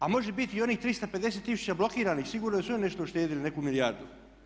A može biti i oni 350 tisuća blokiranih, sigurno su i oni nešto uštedjeli, neku milijardu.